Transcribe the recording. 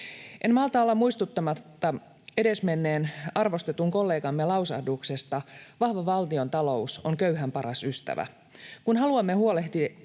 En malta olla muistuttamatta edesmenneen arvostetun kollegamme lausahduksesta: ”Vahva valtiontalous on köyhän paras ystävä.” Kun haluamme huolehtia